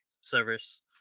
service